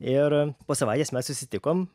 ir po savaitės mes susitikom